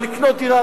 או לקנות דירה,